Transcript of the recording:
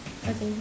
okay